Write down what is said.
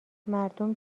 مردم